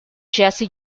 jesse